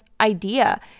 idea